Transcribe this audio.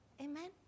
Amen